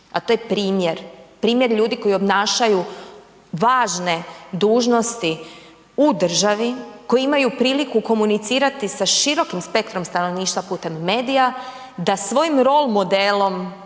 a to je primjer, primjer ljudi koji obnašaju važne dužnosti u državi, koji imaju priliku komunicirati sa širokim spektrom stanovništva putem medija da svojim role modelom